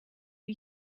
wie